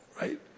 right